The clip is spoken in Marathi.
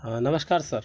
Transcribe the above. हं नमस्कार सर